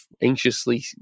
anxiously